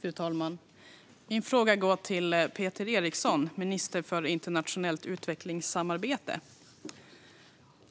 Fru talman! Min fråga går till Peter Eriksson, minister för internationellt utvecklingssamarbete.